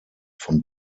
von